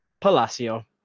Palacio